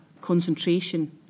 concentration